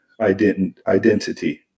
identity